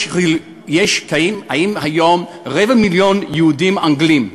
חיים היום רבע מיליון יהודים אנגלים,